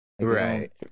Right